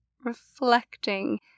reflecting